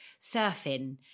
surfing